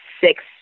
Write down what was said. six